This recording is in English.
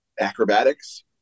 acrobatics